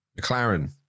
McLaren